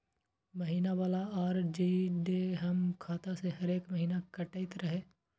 महीना वाला आर.डी जे हमर खाता से हरेक महीना कटैत रहे?